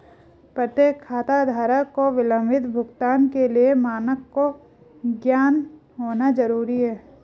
प्रत्येक खाताधारक को विलंबित भुगतान के लिए मानक का ज्ञान होना जरूरी है